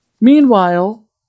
Meanwhile